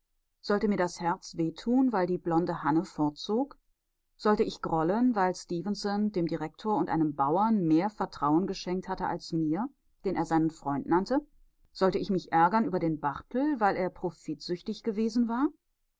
sollte mir das herz weh tun weil die blonde hanne fortzog sollte ich grollen weil stefenson dem direktor und einem bauern mehr vertrauen geschenkt hatte als mir den er seinen freund nannte sollte ich mich ärgern über den barthel weil er profitsüchtig gewesen war